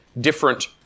different